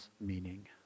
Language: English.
meaning